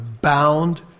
bound